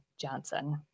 Johnson